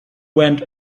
went